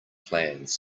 plans